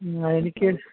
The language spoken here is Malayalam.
എനിക്ക്